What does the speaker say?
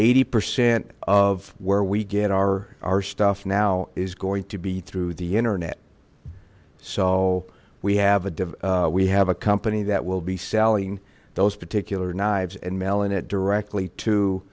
eighty percent of where we get our our stuff now is going to be through the internet so we have a device we have a company that will be selling those particular knives and mailing it directly to